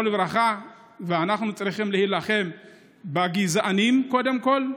ואנחנו צריכים להילחם בגזענים קודם כול,